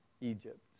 Egypt